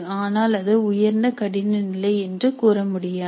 ஆனால் அது உயர்ந்த கடின நிலை என்று கூற முடியாது